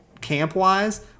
camp-wise